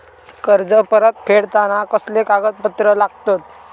कर्ज परत फेडताना कसले कागदपत्र लागतत?